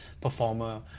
performer